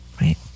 right